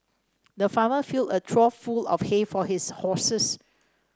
the farmer filled a trough full of hay for his horses